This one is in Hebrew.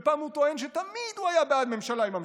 ופעם הוא טוען שתמיד היה בעד ממשלה עם המשותפת.